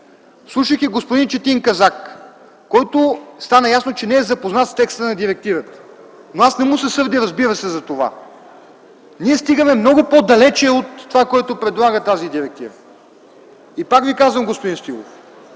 Слушайки господин Четин Казак, който стана ясно, че не е запознат с текста на директивата, но аз не му се сърдя разбира се, за това, ние стигаме много по далече от това, което предлага тази директива. И пак Ви казвам, господин Стоилов,